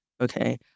okay